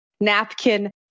napkin